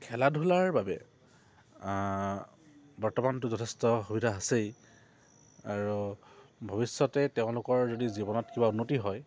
খেলা ধূলাৰ বাবে বৰ্তমানটো যথেষ্ট সুবিধা আছেই আৰু ভৱিষ্যতে তেওঁলোকৰ যদি জীৱনত কিবা উন্নতি হয়